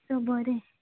चल बरें